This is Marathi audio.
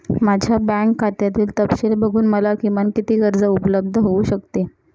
माझ्या बँक खात्यातील तपशील बघून मला किमान किती कर्ज उपलब्ध होऊ शकते?